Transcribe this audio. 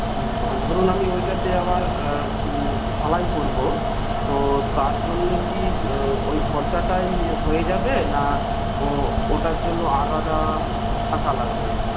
ধরুন আমি ওইটাতে আবার ঢালাই করব তো তার জন্যে কি ওই খরচাটায় হয়ে যাবে না ওটার জন্য আলাদা টাকা লাগবে